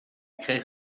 kreeg